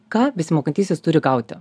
ką besimokantysis turi gauti